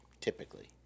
typically